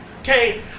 Okay